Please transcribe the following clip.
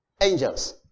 angels